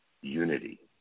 unity